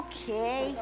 Okay